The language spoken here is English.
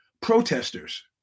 protesters